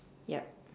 yup